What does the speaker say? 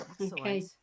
Okay